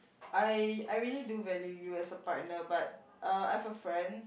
I I really do value you as a partner but uh I've friend